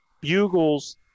bugles